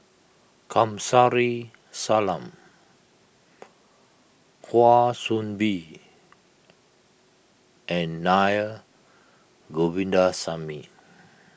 Kamsari Salam Kwa Soon Bee and Naa Govindasamy